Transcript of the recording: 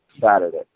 Saturday